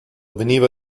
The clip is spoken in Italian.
veniva